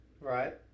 Right